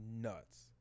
nuts